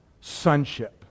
sonship